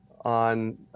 on